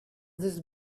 this